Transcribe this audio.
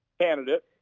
candidate